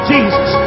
Jesus